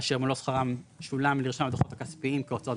אשר מלוא שכרם שולם לרשום בדוחות הכספיים כהוצאות